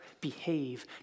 behave